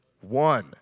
One